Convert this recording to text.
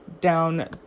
down